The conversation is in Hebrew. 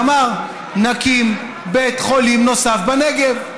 ואמר: נקים בית חולים נוסף בנגב.